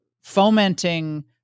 fomenting